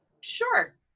sure